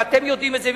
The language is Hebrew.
ואתם יודעים את זה,